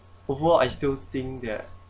overall I still think that